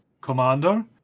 commander